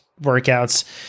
workouts